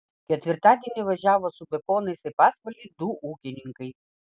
ketvirtadienį važiavo su bekonais į pasvalį du ūkininkai